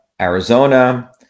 Arizona